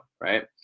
Right